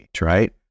right